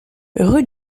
rue